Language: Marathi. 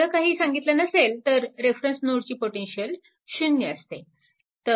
वेगळं काही सांगितले नसेल तर रेफरन्स नोडची पोटेन्शिअल 0 असते